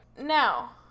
now